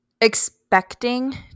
expecting